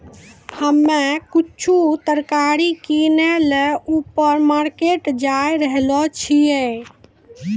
हम्मे कुछु तरकारी किनै ल ऊपर मार्केट जाय रहलो छियै